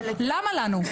למה לנו?